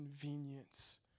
convenience